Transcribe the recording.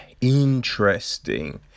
interesting